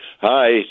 Hi